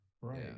Right